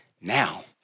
Now